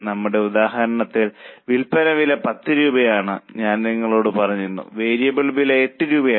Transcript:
നമ്മളുടെ ഉദാഹരണത്തിൽ വിൽപ്പന വില 10 രൂപയാണെന്ന് ഞാൻ നിങ്ങളോട് പറഞ്ഞിരുന്നു വേരിയബിൾ വില 8 രൂപയാണ്